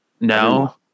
No